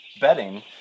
bedding